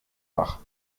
wach